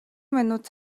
минут